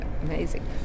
amazing